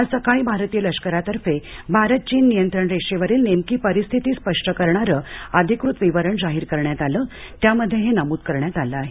आज सकाळी भारतीय लष्करातर्फे भारत चीन नियंत्रण रेषेवरील नेमकी परिस्थिती स्पष्ट करणारं अधिकृत विवरण जाहीर करण्यात आलं त्यामध्ये हे नमूद करण्यात आलं आहे